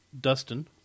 Dustin